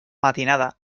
matinada